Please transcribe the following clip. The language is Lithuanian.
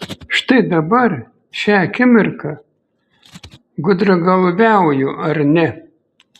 štai dabar šią akimirką gudragalviauju ar ne